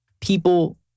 people